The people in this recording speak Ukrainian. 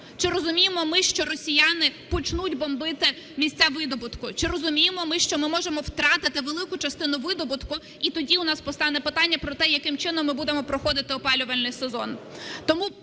Чи розуміємо ми, що росіяни почнуть бомбити місця видобутку? Чи розуміємо ми, що ми можемо втратити велику частину видобутку, і тоді у нас постане питання про те, яким чином ми будемо проходити опалювальний сезон?